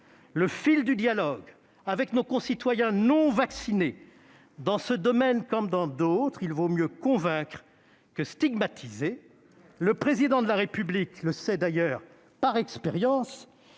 le fil du dialogue avec nos concitoyens non vaccinés. Dans ce domaine comme dans d'autres, il vaut mieux convaincre que stigmatiser ! C'est vrai ! Le Président de la République le sait d'ailleurs par expérience,